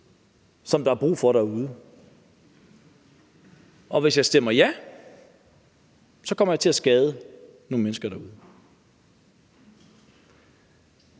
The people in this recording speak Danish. som der er brug for derude, og hvis jeg stemmer ja, så kommer jeg til at skade nogle mennesker derude,